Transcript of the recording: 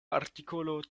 artikolo